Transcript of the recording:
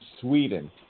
Sweden